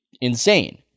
insane